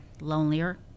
lonelier